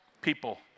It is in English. people